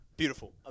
Beautiful